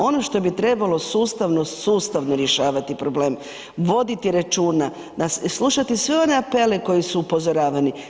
Ono što bi trebalo sustavno, sustavno rješavati problem, voditi računa, slušati sve one apele koji su upozoravani.